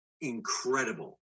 incredible